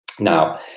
Now